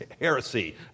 heresy